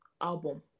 album